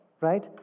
Right